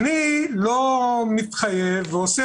ואני בטח אחטוף אחר